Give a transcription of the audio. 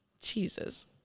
Jesus